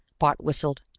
bart whistled.